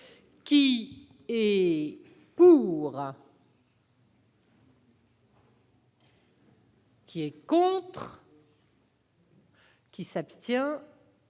qui est pour. Qui est contre. Qui s'abstient